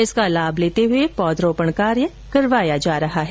इसका लाभ लेते हुए पौधारोपण कार्य करवाया जा रहा है